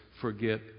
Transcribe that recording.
forget